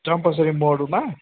चम्पासरी मोडमा